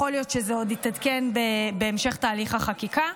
יכול להיות שזה עוד יתעדכן בהמשך תהליך החקיקה,